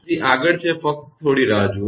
તેથી આગળ છે ફક્ત થોડી રાહ જુઓ